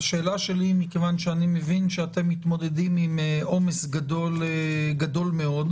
מכיוון שאני מבין שאתם מתמודדים עם עומס גדול מאוד,